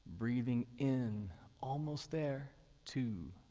breathing in almost there two,